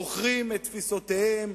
מוכרים את תפיסותיהם,